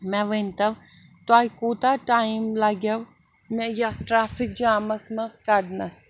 مےٚ ؤنۍتو تۄہہِ کوٗتاہ ٹایِم لَگیو مےٚ یَتھ ٹرٛافِک جامَس منٛز کَڑنَس